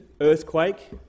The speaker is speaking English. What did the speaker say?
earthquake